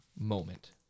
moment